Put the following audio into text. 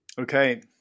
Okay